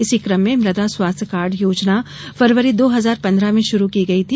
इसी कम में मृदा स्वास्थ्य कार्ड योजना फरवरी दो हजार पन्द्रह में शुरू की गई थी